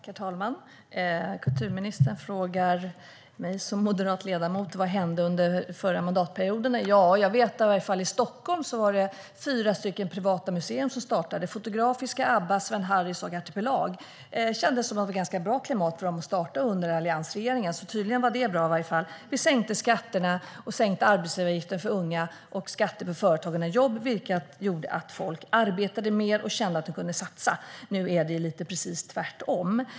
Herr talman! Kulturministern frågar mig som moderat ledamot vad som hände under förra mandatperioden. Jag vet i varje fall att det i Stockholm var fyra privata museer som startade: Fotografiska, Abbamuseet, Sven-Harrys konstmuseum och Artipelag. Det kändes väl som ett ganska bra klimat för dem att starta under alliansregeringen, så tydligen var i alla fall det bra. Vi sänkte skatterna, arbetsgivaravgiften för unga och skatter för företag och jobb, vilket gjorde att folk arbetade mer och kände att de kunde satsa. Nu är det lite precis tvärtom.